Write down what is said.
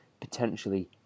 potentially